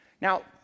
Now